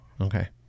Okay